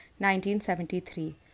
1973